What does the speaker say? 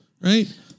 Right